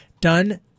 done